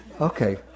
Okay